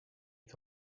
est